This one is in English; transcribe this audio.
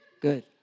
Good